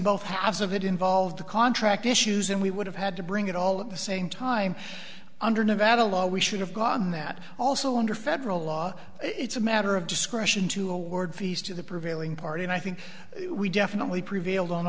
both halves of it involved the contract issues and we would have had to bring it all at the same time under nevada law we should have gone that also under federal law it's a matter of discretion to award fees to the pro veiling party and i think we definitely prevailed on